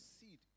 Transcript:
seed